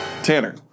Tanner